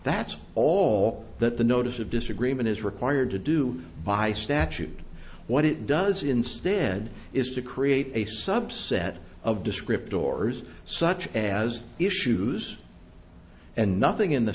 that's all that the notice of disagreement is required to do by statute what it does instead is to create a subset of descriptor orders such as issues and nothing in the